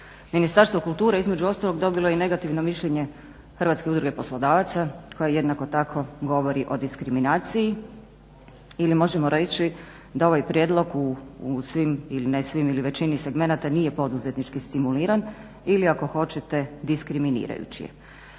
Ministarstvo kulture između ostalog dobilo je i negativno mišljenje Hrvatske udruge poslodavaca koji jednako tako govori o diskriminaciji ili možemo reći da ovaj prijedlog u svim ili većini segmenata nije poduzetnički stimuliran ili ako hoćete diskriminirajući.